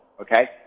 okay